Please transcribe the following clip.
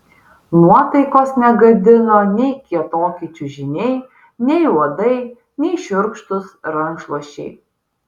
nuotaikos negadino nei kietoki čiužiniai nei uodai nei šiurkštūs rankšluosčiai